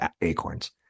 Acorns